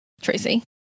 Tracy